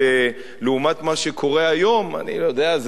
שלעומת מה שקורה היום אני יודע,